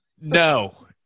No